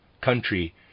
country